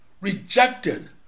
rejected